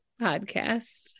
podcast